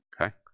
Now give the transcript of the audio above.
Okay